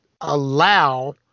allow